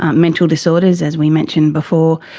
um mental disorders, as we mentioned before,